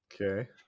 Okay